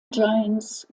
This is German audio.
giants